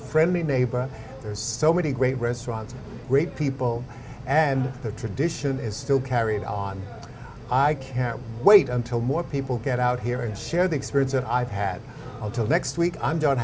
friendly neighbor there's so many great restaurants great people and the tradition is still carried on i can't wait until more people get out here and share the experience that i've had until next week i'm gon